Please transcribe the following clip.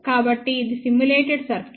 కాబట్టి ఇది simulated circuit